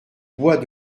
bois